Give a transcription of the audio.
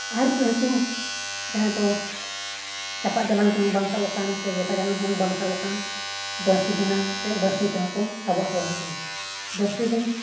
ᱟᱦᱟᱨ ᱠᱚᱨᱮ ᱦᱚᱸᱠᱚ ᱡᱟᱦᱟᱸᱭ ᱫᱚ ᱡᱟᱯᱟᱫ ᱡᱟᱞᱟᱢ ᱛᱮᱦᱚᱸ ᱵᱟᱝ ᱥᱟᱵ ᱠᱚᱠᱷᱟᱱ ᱥᱮ ᱜᱮᱛᱟ ᱡᱟᱞᱟᱢ ᱛᱮᱦᱚᱸ ᱵᱟᱢ ᱥᱟᱵ ᱠᱚᱠᱷᱟᱱ ᱵᱟᱹᱬᱥᱤ ᱵᱮᱱᱟᱣ ᱠᱟᱛᱮᱫ ᱵᱟᱹᱲᱥᱤ ᱛᱮᱦᱚᱸ ᱠᱚ ᱥᱟᱵᱚᱜ ᱟᱠᱚ ᱦᱟᱹᱠᱩ ᱵᱟᱹᱬᱥᱤ ᱨᱮᱫᱚ